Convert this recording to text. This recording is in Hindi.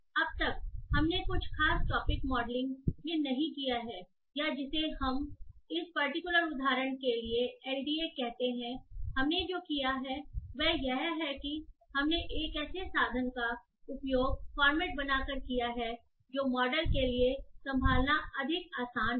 अब तक हमने कुछ खास टॉपिक मॉडलिंग मे नहीं किया है या जिसे हम इस पर्टिकुलर उदाहरण के लिए एलडीए कहते हैं हमने जो किया है वह यह है कि हमने एक ऐसे साधन का उपयोग फॉर्मेट बनाकर किया है जो मॉडल के लिए संभालना अधिक आसान है